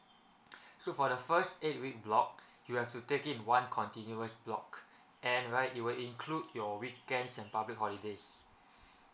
so for the first eight week block you have to take in one continuous block and right it will include your weekends and public holidays